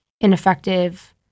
ineffective